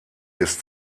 ist